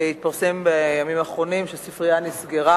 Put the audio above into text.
להוציא אותה מהאולם, וכמה שיותר מהר.